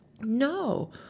No